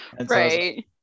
Right